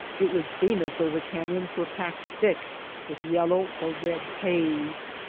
it would seem as though the canyons were packed thick with yellow or red haze.